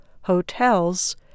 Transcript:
hotels